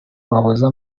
bahuza